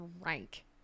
rank